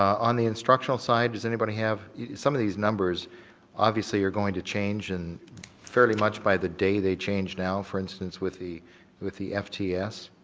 on the instructional side, does anybody have some of these numbers obviously are going to change and fairly much by the day. they changed now for instance with the with the ftes.